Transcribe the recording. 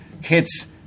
hits